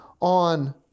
On